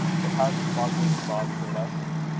but how did margaret embody her lessons?